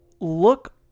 look